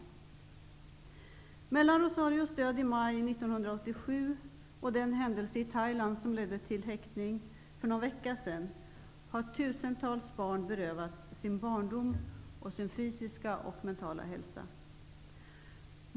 Under tiden från Rosarios död i maj 1987 och fram till den händelse i Thailand som för någon vecka sedan ledde till häktning har tusentals barn berövats både sin barndom och sin fysiska och mentala hälsa.